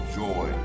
joy